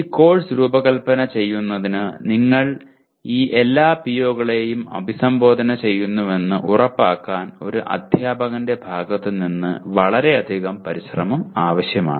ഈ കോഴ്സ് രൂപകൽപ്പന ചെയ്യുന്നതിന് നിങ്ങൾ ഈ എല്ലാ PO കളെയും അഭിസംബോധന ചെയ്യുന്നുവെന്ന് ഉറപ്പാക്കാൻ ഒരു അധ്യാപകന്റെ ഭാഗത്ത് നിന്ന് വളരെയധികം പരിശ്രമം ആവശ്യമാണ്